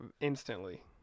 Instantly